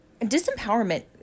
disempowerment